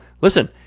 listen